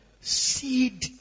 Seed